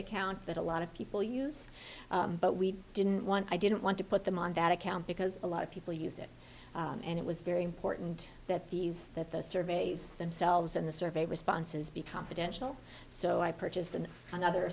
account that a lot of people use but we didn't want i didn't want to put them on that account because a lot of people use it and it was very important that these that the surveys themselves and the survey responses be confidential so i purchased in another